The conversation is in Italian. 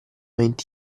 venti